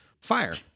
fire